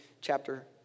chapter